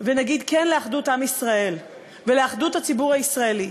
ונגיד כן לאחדות עם ישראל ולאחדות הציבור הישראלי.